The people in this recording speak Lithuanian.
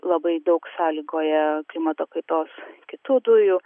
labai daug sąlygoja klimato kaitos kitų dujų